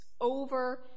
over